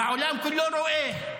והעולם כולו רואה.